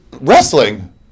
wrestling